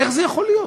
איך זה יכול להיות?